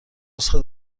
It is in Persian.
نسخه